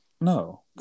No